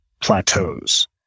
plateaus